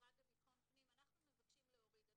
משרד לביטחון הפנים" אנחנו מבקשים להוריד.